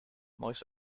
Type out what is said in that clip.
most